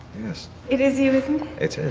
yes? it is you, isn't it?